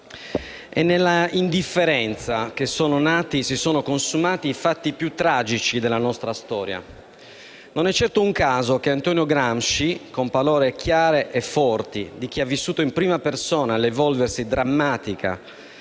è nell'indifferenza che sono nati e si sono consumati i fatti più tragici della nostra storia. Non è certo un caso che Antonio Gramsci, con le parole chiare e forti di chi ha vissuto in prima persona il drammatico